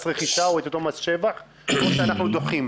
רכישה או את אותו מס שבח או שאנחנו דוחים.